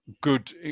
good